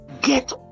get